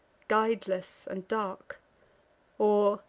guideless and dark or,